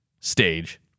stage